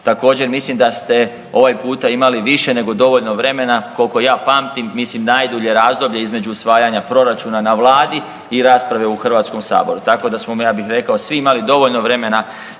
Također mislim da ste ovaj puta imali više nego dovoljno vremena, koliko ja pamtim mislim najdulje razdoblje između usvajanja proračuna na vladi i rasprave u Hrvatskom saboru. Tako da smo ja bih rekao svi imali dovoljno vremena